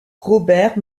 robert